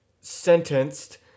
sentenced